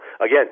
again